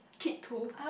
kid tool